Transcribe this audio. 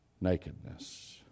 nakedness